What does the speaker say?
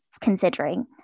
considering